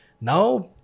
Now